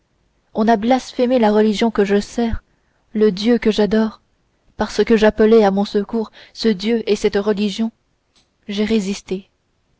on a blasphémé la religion que je sers le dieu que j'adore parce que j'appelais à mon secours ce dieu et cette religion j'ai résisté